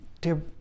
Dear